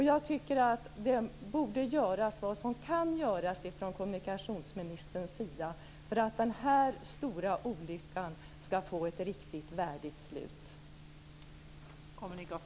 Jag tycker att man borde göra vad som kan göras från kommunikationsministerns sida för att denna stora olycka skall få ett riktigt värdigt slut.